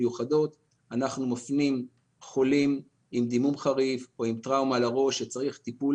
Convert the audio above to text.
אנחנו מפנים חולים עם דימום חריף או עם טראומה לראש שצריך טיפול